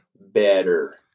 Better